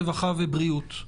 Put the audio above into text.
רווחה ובריאות.